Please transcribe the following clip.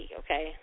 okay